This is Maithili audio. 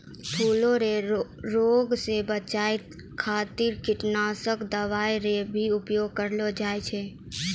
फूलो रो रोग से बचाय खातीर कीटनाशक दवाई रो भी उपयोग करलो जाय छै